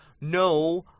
no